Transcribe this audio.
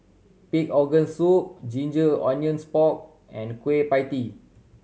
pig organ soup ginger onions pork and Kueh Pie Tee